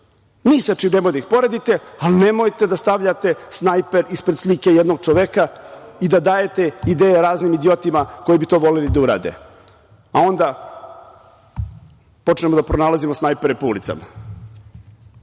Ni sam čim nemojte da poredite, ali nemojte da stavljate snajper ispred slike jednog čoveka i da dajete ideje raznim idiotima koji bi to voleli da urade, a onda počnemo da pronalazimo snajpere na ulicama